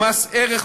אדוני